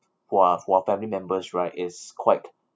for our for our family members right is quite